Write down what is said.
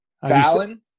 Fallon